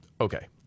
Okay